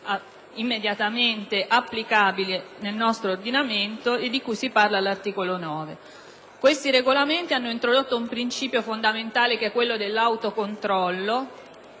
immediatamente applicabili nel nostro ordinamento e di cui si parla all'articolo 9. Questi regolamenti hanno introdotto un principio fondamentale che è quello dell'autocontrollo